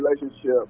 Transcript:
relationship